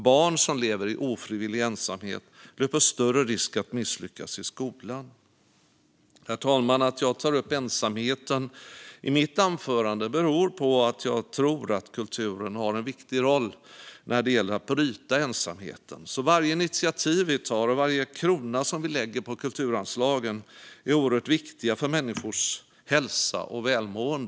Barn som lever i ofrivillig ensamhet löper större risk att misslyckas i skolan. Herr talman! Att jag tar upp ensamheten i mitt anförande beror på att jag tror att kulturen har en viktig roll när det gäller att bryta ensamheten. Varje initiativ som vi tar och varje krona som vi lägger på kulturanslagen är därför oerhört viktiga för människors hälsa och välmående.